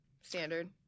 Standard